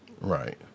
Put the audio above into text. Right